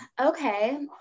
Okay